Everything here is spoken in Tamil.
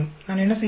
நான் என்ன செய்வது